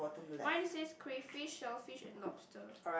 mine says crayfish sellfish and lobster